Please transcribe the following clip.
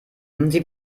sie